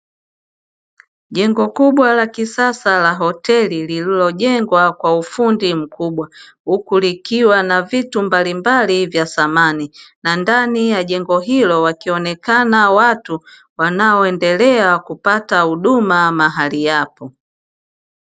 Jengo kubwa la kisasa la hoteli lililojenga kwa ufundi mkubwa huku likiwa na vitu mbalimbali vya thamani, na ndani ya jengo hilo wakionekana watu wanaoendelea kupata huduma mahali hapo.